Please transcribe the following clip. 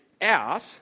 out